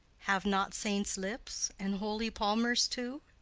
have not saints lips, and holy palmers too?